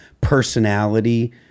personality